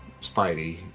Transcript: Spidey